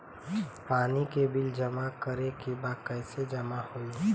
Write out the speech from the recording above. पानी के बिल जमा करे के बा कैसे जमा होई?